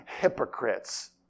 hypocrites